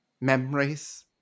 memories